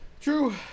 True